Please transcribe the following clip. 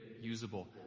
usable